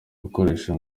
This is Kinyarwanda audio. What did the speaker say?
gukoresha